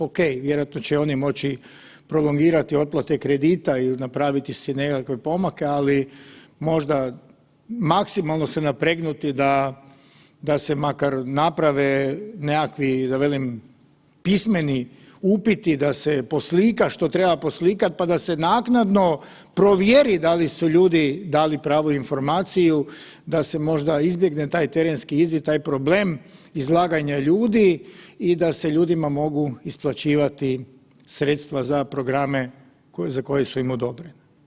Ok, vjerojatno će oni moći prolongirati otplate kredita ili napraviti si nekakve pomake, ali možda maksimalno se napregnuti da se makar naprave nekakvi da velim pismeni upiti, da se poslika što se treba poslikat pa da se naknadno provjeri da li su ljudi dali pravu informaciju da se možda izbjegne taj terenski izvid, taj problem izlaganja ljudi i da se ljudima mogu isplaćivati sredstva za programe koji su im odobreni.